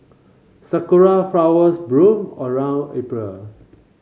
sakura flowers bloom around April